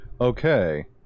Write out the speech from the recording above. okay